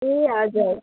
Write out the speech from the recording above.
ए हजुर